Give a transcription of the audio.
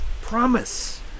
promise